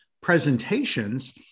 presentations